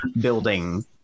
building